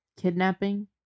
kidnapping